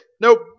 nope